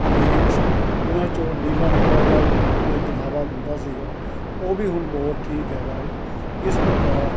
veins ਉਹਨਾਂ 'ਚੋਂ ਨੀਲਾ ਨੀਲਾ ਜਿਹਾ ਦਿਖਾਵਾ ਹੁੰਦਾ ਸੀਗਾ ਉਹ ਵੀ ਹੁਣ ਬਹੁਤ ਠੀਕ ਹੈਗਾ ਹੈ ਇਸ ਪ੍ਰਕਾਰ